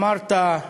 אמרת: